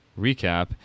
recap